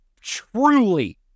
truly